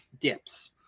dips